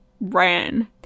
ran